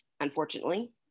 Unfortunately